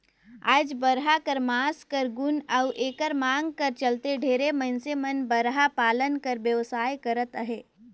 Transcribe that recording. आएज बरहा कर मांस कर गुन अउ एकर मांग कर चलते ढेरे मइनसे मन बरहा पालन कर बेवसाय करत अहें